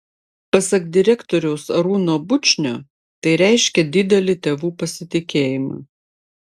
pasak direktoriaus arūno bučnio tai reiškia didelį tėvų pasitikėjimą